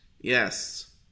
Yes